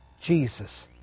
Jesus